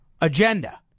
agenda